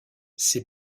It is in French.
ces